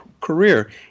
career